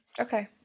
Okay